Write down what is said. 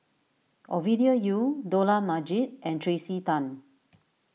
Ovidia Yu Dollah Majid and Tracey Tan